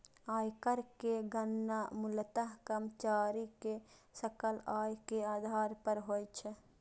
आयकर के गणना मूलतः कर्मचारी के सकल आय के आधार पर होइ छै